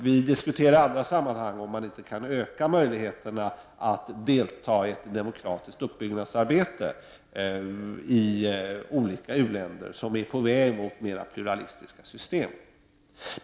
Vi diskuterar i andra sammanhang om man inte kan öka möjligheterna att delta i ett demokratiskt uppbyggnadsarbete i olika u-länder som är på väg mot mer pluralistiska system.